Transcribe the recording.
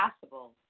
possible